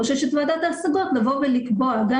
כמו שיש את ועדת ההשגות לבוא ולקבוע - גם